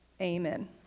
amen